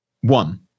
One